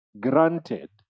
granted